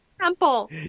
temple